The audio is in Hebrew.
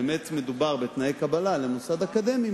באמת מדובר בתנאי קבלה למוסד אקדמי,